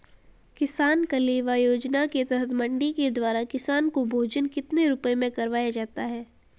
किसान कलेवा योजना के तहत मंडी के द्वारा किसान को भोजन कितने रुपए में करवाया जाता है?